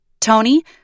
Tony